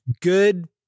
Good